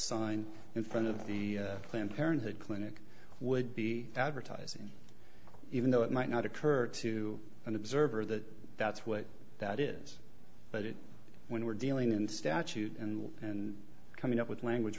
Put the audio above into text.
sign in front of the planned parenthood clinic would be advertising even though it might not occur to an observer that that's what that is but it when we're dealing in statute and and coming up with language